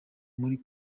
muri